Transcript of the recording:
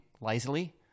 lazily